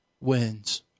wins